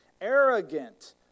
Arrogant